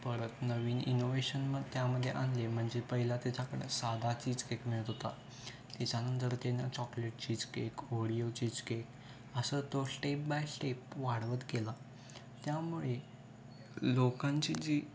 परत नवीन इनोवेहेशन मग त्यामध्ये आणले म्हणजे पहिला त्याच्याकडं साधा चीज केक मिळत होता त्याच्यानंतर त्यानं chocolate cheese cake Oreo cheesecake असं तो श्टेप बाय श्टेप वाढवत केला त्यामुळे लोकांची जी